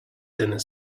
dinner